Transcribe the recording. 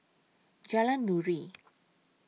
Jalan Nuri